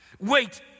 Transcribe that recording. Wait